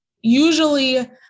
Usually